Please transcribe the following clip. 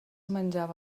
menjava